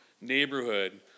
neighborhood